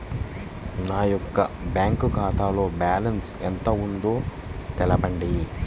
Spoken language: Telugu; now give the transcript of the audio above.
నా యొక్క బ్యాంక్ ఖాతాలో బ్యాలెన్స్ ఎంత ఉందో తెలపండి?